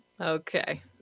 Okay